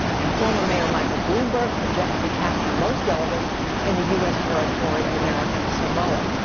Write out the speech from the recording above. and former mayor michael bloomberg projected to capture most delegates in the u s. territory of american samoa.